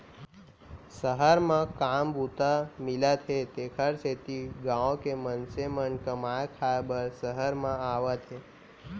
सहर म काम बूता मिलत हे तेकर सेती गॉँव के मनसे मन कमाए खाए बर सहर म आवत हें